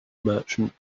merchant